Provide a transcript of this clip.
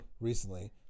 recently